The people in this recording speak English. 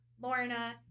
Lorna